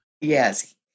Yes